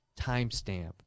timestamp